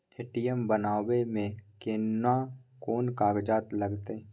ATM बनाबै मे केना कोन कागजात लागतै?